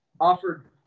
offered